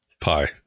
Pie